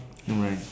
no right